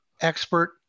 expert